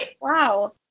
Wow